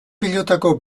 pilotako